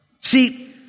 See